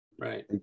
right